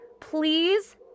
Please